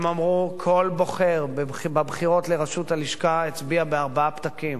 הם אמרו: כל בוחר בבחירות לראשות הלשכה הצביע בארבעה פתקים.